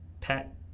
pet